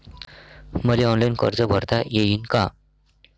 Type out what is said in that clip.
मले ऑनलाईन कर्ज भरता येईन का?